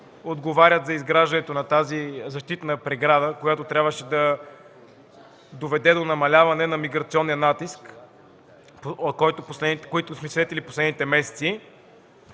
отговарят за изграждането на тази защитна преграда, която трябваше да доведе до намаляване на миграционния натиск, на който сме свидетели през последните месеци.